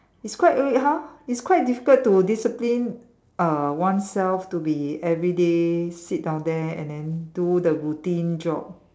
it's quite red !huh! it's quite difficult to discipline uh oneself to be everyday sit down there and then do the routine job